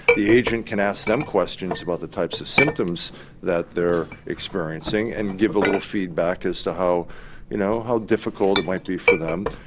the agent can ask them questions about the types of symptoms that they are experiencing and give a little feedback as to how you know how difficult it might be for them.